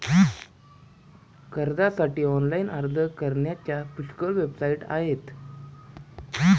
कर्जासाठी ऑनलाइन अर्ज करण्याच्या पुष्कळ वेबसाइट आहेत